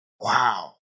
Wow